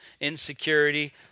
insecurity